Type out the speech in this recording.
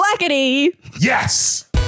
Yes